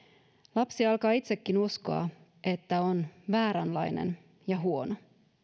lapsi alkaa itsekin uskoa että on vääränlainen ja huono